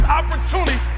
opportunity